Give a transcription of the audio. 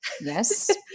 Yes